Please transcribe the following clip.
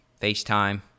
FaceTime